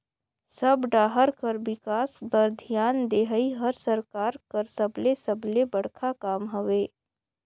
सब डाहर कर बिकास बर धियान देहई हर सरकार कर सबले सबले बड़खा काम हवे